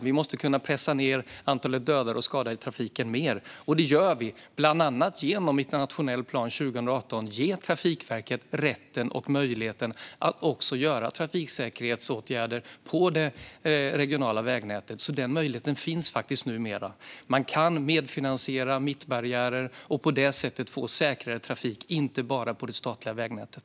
Vi måste kunna pressa ned antalet döda och skadade i trafiken mer. Och det gör vi, bland annat genom att i den nationella planen från 2018 ge Trafikverket rätten och möjligheten att vidta trafiksäkerhetsåtgärder också på det regionala vägnätet. Den möjligheten finns faktiskt numera. Man kan medfinansiera mittbarriärer och på det sättet få säkrare trafik inte bara på det statliga vägnätet.